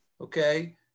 okay